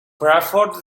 crawford